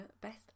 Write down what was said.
best